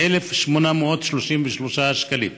1,833 שקלים.